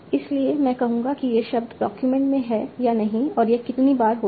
इसलिए मैं कहूंगा कि ये शब्द डॉक्यूमेंट में हैं या नहीं और यह कितनी बार होता है